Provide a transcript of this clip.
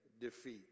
defeat